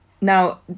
Now